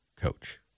coach